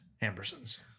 Ambersons